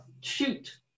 shoot